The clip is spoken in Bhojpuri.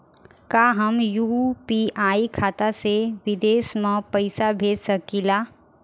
का हम यू.पी.आई खाता से विदेश म पईसा भेज सकिला?